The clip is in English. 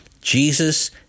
Jesus